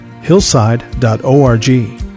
hillside.org